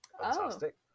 fantastic